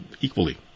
equally